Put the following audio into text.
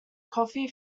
coffey